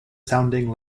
sounding